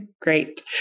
Great